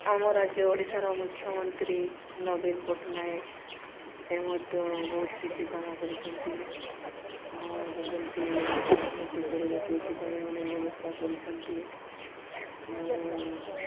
ଆମ ରାଜ୍ୟ ଓଡ଼ିଶାର ମୁଖ୍ୟମନ୍ତ୍ରୀ ନବୀନ ପଟ୍ଟନାୟକ ସେ ମଧ୍ୟ ବହୁତ କିଛି କାମ କରିଛନ୍ତି ଆମର ଯେମିତି ଓଡ଼ିଶା ଉନ୍ନତି କରିବ ସେଇଥିପାଇଁ ଅନେକ ବ୍ୟବସ୍ଥା କରିଛନ୍ତି ଆଉ